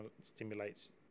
stimulates